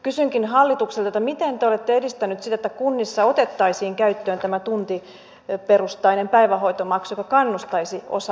kysynkin hallitukselta miten te olette edistäneet sitä että kunnissa otettaisiin käyttöön tämä tuntiperustainen päivähoitomaksu joka kannustaisi osa aikatyöhön